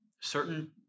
certain